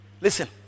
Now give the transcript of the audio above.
Listen